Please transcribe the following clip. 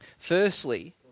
Firstly